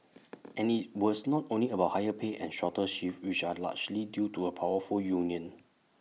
and IT was not only about higher pay and shorter shifts which are largely due to A powerful union